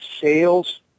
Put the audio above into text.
sales